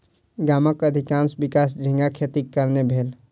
गामक अधिकाँश विकास झींगा खेतीक कारणेँ भेल